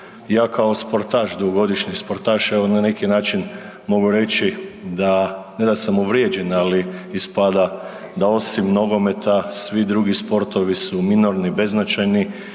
Ja kao sportaš, dugogodišnji sportaš evo na neki način mogu reći ne da sam uvrijeđen, ali ispada da osim nogometa svi drugi sportovi su minorni, beznačajni